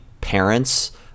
parents